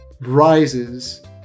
rises